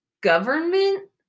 government